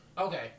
Okay